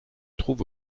trouve